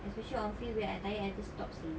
especially I'll feel well I tired I just stop seh